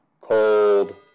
cold